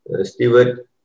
Stewart